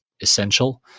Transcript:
essential